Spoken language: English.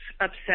upset